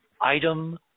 item